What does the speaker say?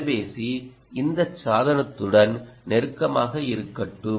தொலைபேசி இந்த சாதனத்துடன் நெருக்கமாக இருக்கட்டும்